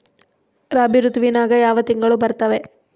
ರಾಬಿ ಋತುವಿನ್ಯಾಗ ಯಾವ ತಿಂಗಳು ಬರ್ತಾವೆ?